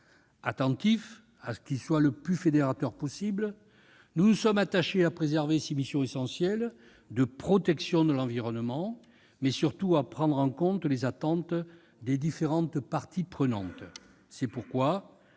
Attentifs à ce que ce dernier soit le plus fédérateur possible, nous nous sommes attachés à préserver ses missions essentielles de protection de l'environnement, mais surtout à prendre en compte les attentes des différentes parties prenantes.